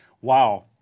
wow